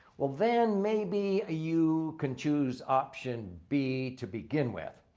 well then maybe you can choose option b to begin with.